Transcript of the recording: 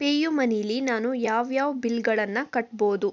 ಪೇಯುಮನಿಲಿ ನಾನು ಯಾವ್ಯಾವ ಬಿಲ್ಗಳನ್ನು ಕಟ್ಬೋದು